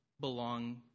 belong